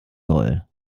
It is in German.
soll